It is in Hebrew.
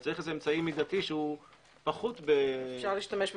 צריך אמצעי מידתי שהוא פחות, שאפשר להשתמש.